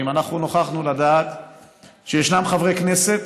אנחנו נוכחנו לדעת שישנם חברי כנסת